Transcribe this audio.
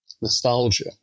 nostalgia